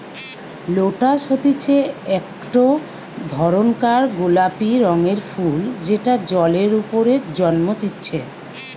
lotus হতিছে একটো ধরণকার গোলাপি রঙের ফুল যেটা জলের ওপরে জন্মতিচ্ছে